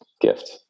gift